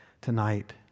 tonight